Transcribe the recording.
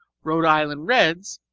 rhode island reds,